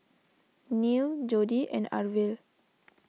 Neil Jodi and Arvil